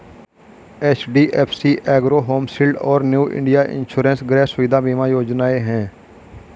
HDFC Ergo home shield और New India insurance गृह सुविधा बीमा योजनाएं हैं